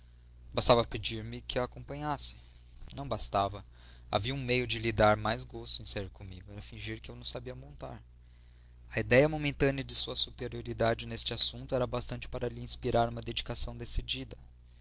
que a acompanhasse não bastava havia um meio de lhe dar mais gosto em sair comigo era fingir que não sabia montar a idéia momentânea de sua superioridade neste assunto era bastante para lhe inspirar uma dedicação decidida